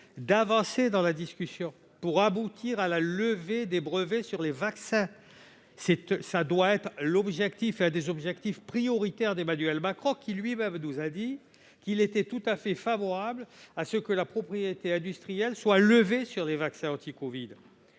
à avancer dans cette discussion pour aboutir à la levée des brevets sur les vaccins. Cela doit être l'un des objectifs prioritaires d'Emmanuel Macron, qui nous a lui-même affirmé qu'il était tout à fait favorable à ce que la propriété industrielle soit levée sur les vaccins contre